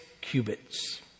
cubits